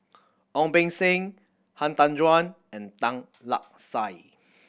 Ong Beng Seng Han Tan Juan and Tan Lark Sye